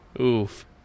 Oof